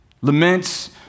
Laments